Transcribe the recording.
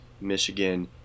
Michigan